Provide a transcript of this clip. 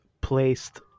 placed